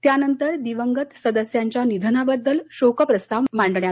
त्यानंतर दिवंगत सदस्यांच्या निधनाबद्दल शोकप्रस्ताव मांडण्यात आला